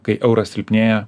kai euras silpnėja